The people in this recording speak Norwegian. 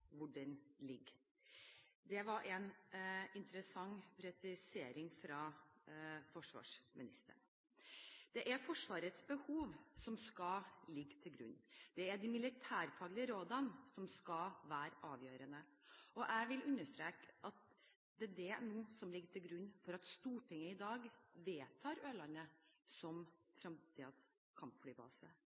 hvor den ligger. Det var en interessant presisering fra forsvarsministeren. Det er Forsvarets behov som skal ligge til grunn. Det er de militærfaglige rådene som skal være avgjørende. Jeg vil understreke at det er det som nå ligger til grunn for at Stortinget i dag vedtar Ørland som fremtidens kampflybase.